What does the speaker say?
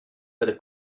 better